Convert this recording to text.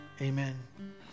Amen